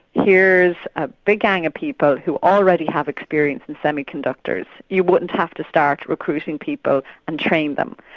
here's a big gang of people who already have experience in semi-conductors. you wouldn't have to start recruiting people and train them.